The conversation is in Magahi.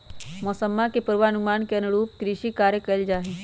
मौसम्मा के पूर्वानुमान के अनुरूप कृषि कार्य कइल जाहई